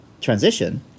transition